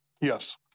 Yes